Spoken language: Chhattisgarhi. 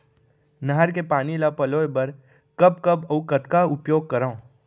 नहर के पानी ल पलोय बर कब कब अऊ कतका उपयोग करंव?